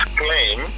claim